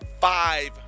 five